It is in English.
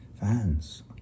fans